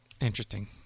Interesting